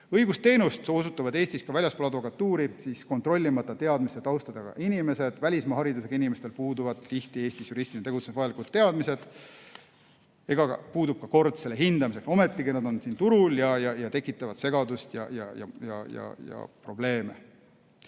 Õigusteenust osutatakse Eestis ka väljaspool advokatuuri, seda võivad teha kontrollimata teadmiste taustaga inimesed. Välismaa haridusega inimestel puuduvad tihti Eestis juristina tegutsemiseks vajalikud teadmised. Puudub ka kord selle hindamiseks. Ometigi nad on siin turul ja tekitavad segadust ja probleeme.